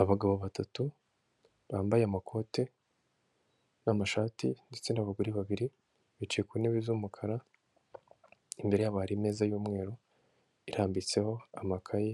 Abagabo batatu bambaye amakoti n'amashati ndetse n'abagore babiri, bicaye ku ntebe z'umukara, imbere yabo hari imeza y'umweru irambitseho amakayi,